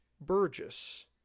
Burgess